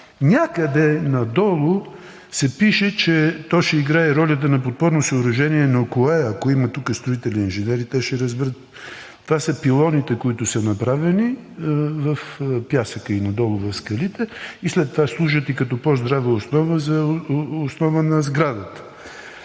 Някъде надолу се пише, че то ще играе ролята на подпорно съоръжение, но ако има тук строителни инженери, те ще разберат – това са пилоните, които са направени в пясъка и надолу в скалите и след това служат и като по-здрава основа за сградата.